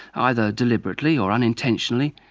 either deliberately or unintentionally,